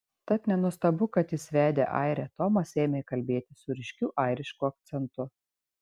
tad nenuostabu kad jis vedė airę tomas ėmė kalbėti su ryškiu airišku akcentu